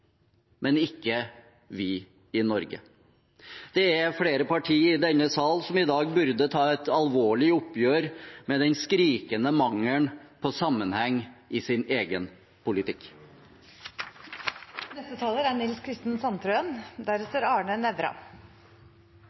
men ikke vi i Norge. Det er flere partier i denne sal som i dag burde ta et alvorlig oppgjør med den skrikende mangelen på sammenheng i egen politikk. Jeg har lyst til å si at framover er